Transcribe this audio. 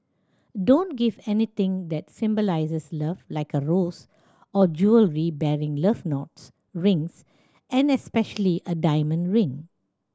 don't give anything that symbolises love like a rose or jewellery bearing love knots rings and especially a diamond ring